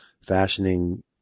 fashioning